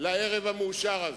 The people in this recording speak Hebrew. לערב המאושר הזה.